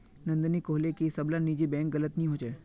नंदिनी कोहले की सब ला निजी बैंक गलत नि होछे